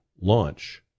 launch